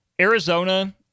Arizona